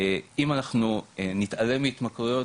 אם אנחנו נתעלם מהתמכרויות,